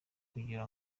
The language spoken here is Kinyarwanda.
kugira